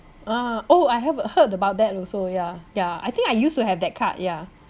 ah oh I have heard about that also ya ya I think I used to have that card yeah